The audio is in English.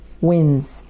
wins